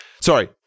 Sorry